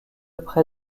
près